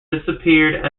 disappeared